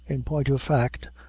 in point of fact,